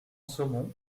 saumon